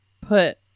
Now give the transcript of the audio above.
put